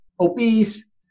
obese